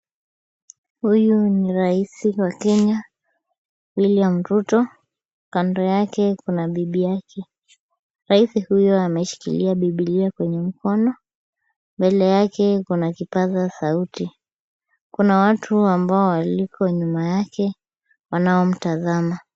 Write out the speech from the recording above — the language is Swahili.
Huyu ni Rais wa Kenya William Ruto. Kando yake kuna bibi yake. Rais huyu ameshikilia bibilia kwenye mkono. Mbele yake kuna kipaza sauti. Kuna watu ambao waliko nyuma yake wanao mtazama.